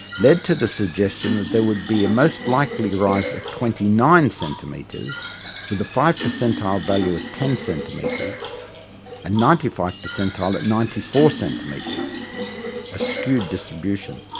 led to the suggestion that there would be a most likely rise of twenty nine centimetres with the five percentile value at ten centimetres and ninety five percentile at ninety four centimetres a skewed distribution.